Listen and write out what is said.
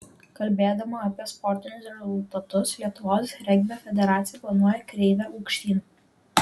kalbėdama apie sportinius rezultatus lietuvos regbio federacija planuoja kreivę aukštyn